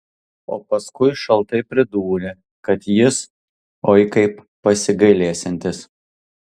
o paskui šaltai pridūrė kad jis oi kaip pasigailėsiantis